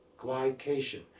glycation